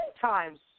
times